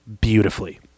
beautifully